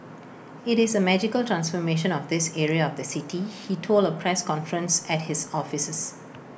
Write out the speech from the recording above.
IT is A magical transformation of this area of the city he told A press conference at his offices